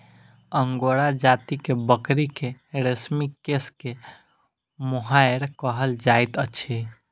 angora जाति के बकरी के रेशमी केश के मोहैर कहल जाइत अछि